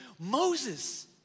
Moses